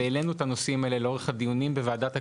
אנחנו גם העלינו את הנושאים האלה לאורך הדיונים בוועדת הכלכלה,